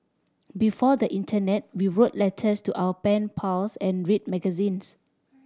before the internet we wrote letters to our pen pals and read magazines